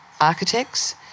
architects